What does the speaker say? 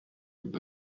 with